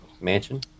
mansion